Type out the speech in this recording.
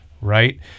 right